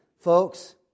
Folks